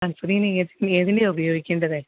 sunscreen S P ഏതിന്റെയാണ് ഉപയോഗിക്കേണ്ടത്